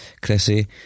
Chrissy